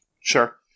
Sure